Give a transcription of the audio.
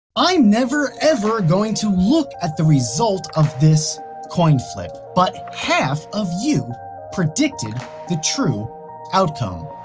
i'm never, ever going to look at the result of this coin flip, but half of you predicted the true outcome.